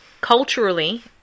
culturally